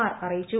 R അറിയിച്ചു